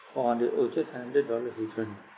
four hundred orh just hundred dollars different ah